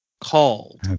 called